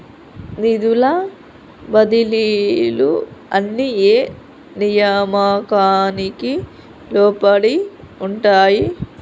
నిధుల బదిలీలు అన్ని ఏ నియామకానికి లోబడి ఉంటాయి?